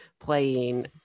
playing